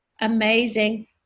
amazing